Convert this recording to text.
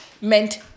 meant